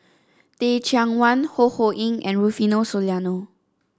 Teh Cheang Wan Ho Ho Ying and Rufino Soliano